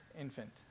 infant